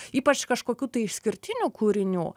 ypač kažkokių tai išskirtinių kūrinių